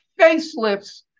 facelifts